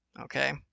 Okay